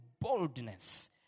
boldness